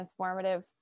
transformative